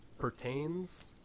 pertains